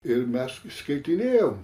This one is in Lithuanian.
ir mes skaitinėjom